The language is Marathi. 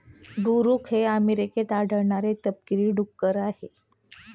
ड्युरोक हे अमेरिकेत आढळणारे तपकिरी डुक्कर आहे